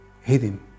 hidden